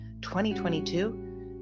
2022